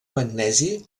magnesi